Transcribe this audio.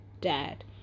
dad